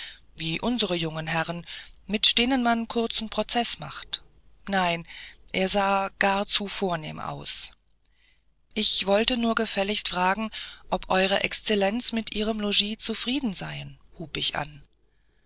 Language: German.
wie unsere jungen herren mit denen man kurzen prozeß macht nein er sah gar zu vornehm aus ich wollte nur gefälligst fragen ob ew exzellenz mit ihrem logis zufrieden seien hub ich an